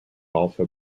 also